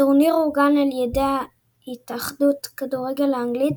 הטורניר אורגן על ידי התאחדות הכדורגל האנגלית,